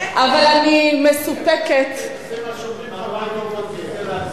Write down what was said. אני מבקש מחברי באופוזיציה להפסיק,